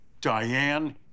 Diane